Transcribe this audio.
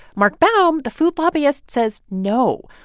mark baum, the food lobbyist, says no.